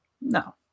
No